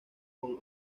con